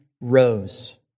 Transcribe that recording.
rose